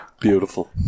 Beautiful